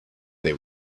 they